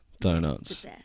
Donuts